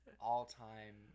all-time